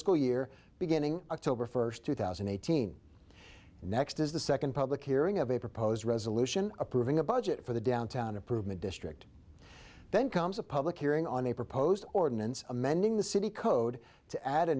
fiscal year beginning october first two thousand and eighteen next is the second public hearing of a proposed resolution approving a budget for the downtown improvement district then comes a public hearing on a proposed ordinance amending the city code to add a